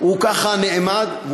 הוא ככה נעמד,